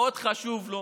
מאוד חשוב לו.